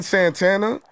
Santana